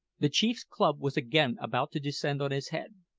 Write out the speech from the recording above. the chief's club was again about to descend on his head.